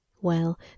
Well